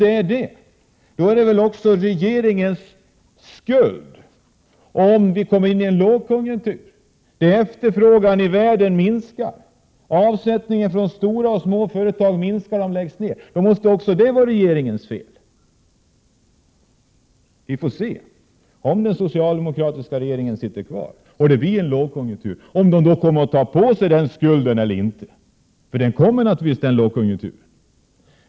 I så fall är det väl också regeringens skuld om vi kommer in i en lågkonjunktur? Då måste det vara regeringens fel om efterfrågan i världen minskar, avsättningen från både små och stora företag sjunker och de måste läggas ned? Om den socialdemokratiska regeringen sitter kvar, får vi se huruvida den kommer att ta på sig den skulden eller inte i händelse av en lågkonjunktur — förr eller senare kommer det en lågkonjunktur.